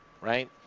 right